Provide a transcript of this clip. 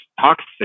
toxic